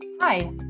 Hi